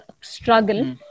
struggle